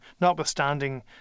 notwithstanding